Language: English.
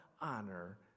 honor